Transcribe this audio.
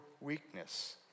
weakness